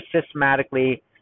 systematically –